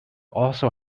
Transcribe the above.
also